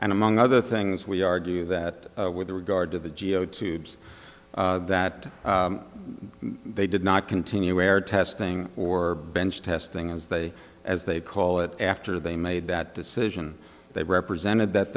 and among other things we argue that with regard to the g a o tubes that they did not continue where testing or bench testing as they as they call it after they made that decision they represented that